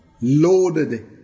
Loaded